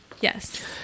Yes